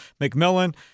McMillan